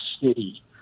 city